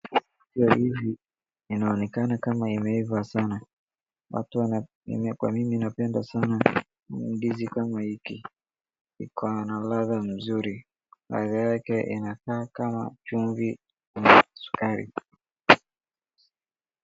Kwa hivi inaonekana kama imeiva sana watu wanapimia kwa nini napenda sana ndizi kama hiki iko na ladha mzuri, ladha yake inakaa kama chumvi na sukari.